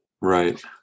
Right